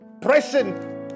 present